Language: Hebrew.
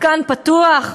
מתקן פתוח?